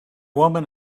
woman